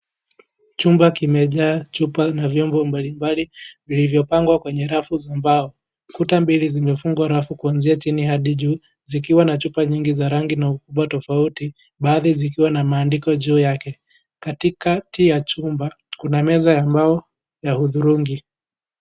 Chumba kimejaa chupa na vyombo mbalimbali vilivyopangwa kwenye rafu za mbao. Kuta mbili zimefungwa rafu kuanzia chini hadi juu, zikiwa na chupa nyingi za rangi na ukubwa tofauti, baadhi zikiwa na maandiko juu yake. Katikati ya chumba, kuna meza ya mbao ya hudhurungi.